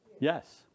Yes